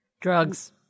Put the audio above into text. Drugs